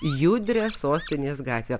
judrią sostinės gatvę